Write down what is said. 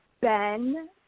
Ben